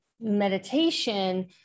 meditation